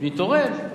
מתורם.